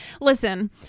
listen